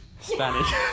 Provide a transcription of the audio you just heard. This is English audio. Spanish